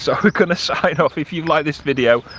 so we're gonna sign off, if you've liked this video.